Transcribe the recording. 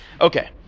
Okay